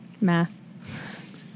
Math